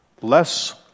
less